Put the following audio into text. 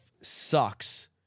sucks